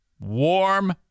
warm